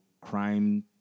crime